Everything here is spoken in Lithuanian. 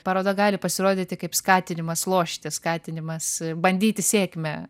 paroda gali pasirodyti kaip skatinimas lošti skatinimas bandyti sėkmę